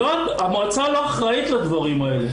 המועצה לא אחראית לדברים האלה.